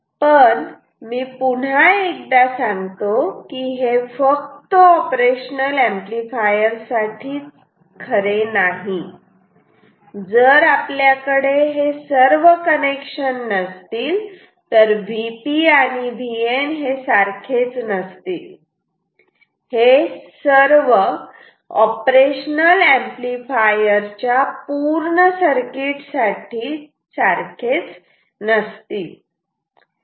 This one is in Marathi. पण मी पुन्हा एकदा सांगतो की हे फक्त ऑपरेशनल ऍम्प्लिफायर साठी खरे नाही जर आपल्याकडे हे सर्व कनेक्शन नसतील तर Vp आणि Vn हे सारखेच नसतील हे सर्व ऑपरेशनल ऍम्प्लिफायर च्या सर्किट साठी सारखेच नसतील